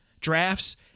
drafts